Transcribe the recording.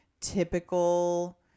typical